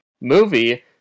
movie